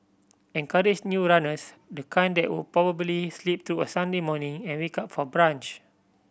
encourage new runners the kind that would probably sleep through a Sunday morning and wake up for brunch